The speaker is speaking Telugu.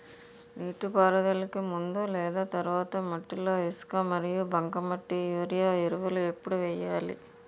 నీటిపారుదలకి ముందు లేదా తర్వాత మట్టిలో ఇసుక మరియు బంకమట్టి యూరియా ఎరువులు ఎప్పుడు వేయాలి?